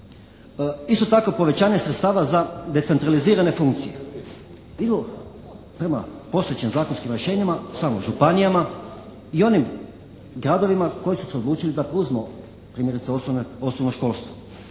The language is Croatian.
Isto tako, povećanje sredstava za decentralizirane funkcije, idu prema postojećim zakonskim rješenjima samo županijama i onim gradovima koji su se odlučili da preuzmu primjerice osnovno školstvo.